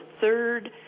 third